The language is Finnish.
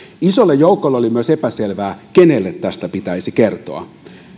isolle joukolle oli myös epäselvää kenelle tästä pitäisi kertoa